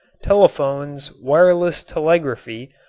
telephones, wireless telegraphy,